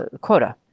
quota